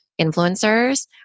influencers